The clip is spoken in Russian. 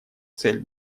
цель